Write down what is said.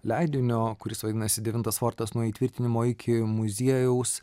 leidinio kuris vadinasi devintas fortas nuo įtvirtinimo iki muziejaus